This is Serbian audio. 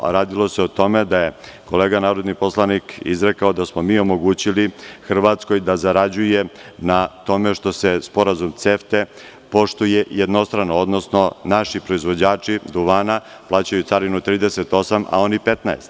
Radilo se o tome da je kolega narodni poslanik izrekao da smo mi omogućili Hrvatskoj da zarađuje na tome što se sporazum CEFTA poštuje jednostrano, odnosno naši proizvođači duvana plaćaju carinu 38%, a oni 15%